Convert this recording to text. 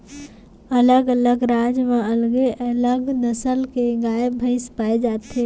अलग अलग राज म अलगे अलग नसल के गाय भईंस पाए जाथे